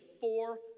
four